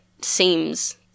seems